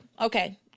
okay